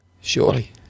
Surely